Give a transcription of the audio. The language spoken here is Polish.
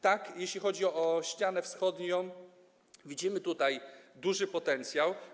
Tak, jeśli chodzi o ścianę wschodnią, widzimy tutaj duży potencjał.